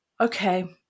okay